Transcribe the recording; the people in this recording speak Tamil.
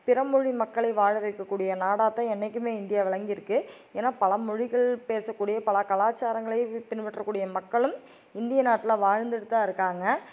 பிற மொழி மக்களை வாழ வைக்கக்கூடிய நாடாக தான் என்றைக்குமே இந்தியா விளங்கிருக்கு ஏன்னா பல மொழிகள் பேசக்கூடிய பல கலாச்சாரங்களை பின்பற்றக்கூடிய மக்களும் இந்திய நாட்டில் வாழ்ந்துட்டுதான் இருக்காங்க